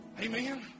Amen